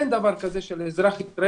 אין דבר כזה שלאזרח יקרה